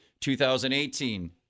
2018